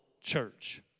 church